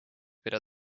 mida